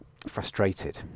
Frustrated